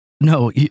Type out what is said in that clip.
no